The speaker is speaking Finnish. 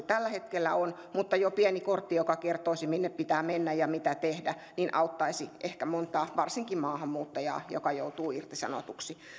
tällä hetkellä on mutta jo pieni kortti joka kertoisi minne pitää mennä ja mitä tehdä auttaisi ehkä montaa varsinkin maahanmuuttajaa joka joutuu irtisanotuksi